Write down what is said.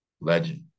Legend